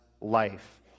life